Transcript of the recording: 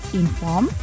inform